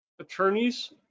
Attorneys